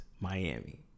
Miami